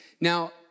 Now